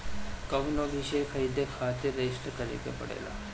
कवनो भी शेयर खरीदे खातिर रजिस्टर करे के पड़ेला